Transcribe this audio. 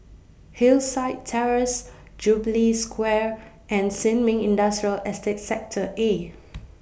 Hillside Terrace Jubilee Square and Sin Ming Industrial Estate Sector A